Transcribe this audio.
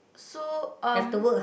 so um